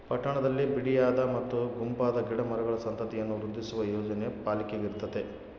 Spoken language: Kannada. ಪಟ್ಟಣದಲ್ಲಿ ಬಿಡಿಯಾದ ಮತ್ತು ಗುಂಪಾದ ಗಿಡ ಮರಗಳ ಸಂತತಿಯನ್ನು ವೃದ್ಧಿಸುವ ಯೋಜನೆ ಪಾಲಿಕೆಗಿರ್ತತೆ